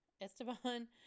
Esteban